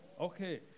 Okay